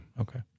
Okay